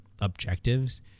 objectives